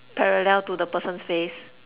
parallel to the person's face